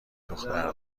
دختر